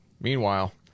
Meanwhile